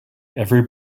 every